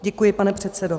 Děkuji, pane předsedo.